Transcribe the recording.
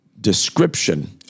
description